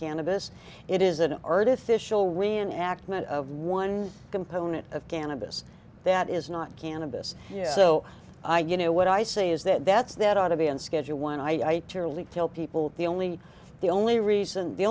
cannabis it is an artificial reenactment of one component of cannabis that is not cannabis so i you know what i say is that that's that ought to be on schedule one i really kill people the only the only reason the